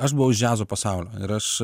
aš buvau iš džiazo pasaulio ir aš